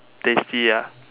tasty ah